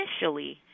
initially